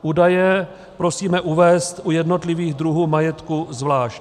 Údaje prosíme uvést u jednotlivých druhů majetku zvlášť.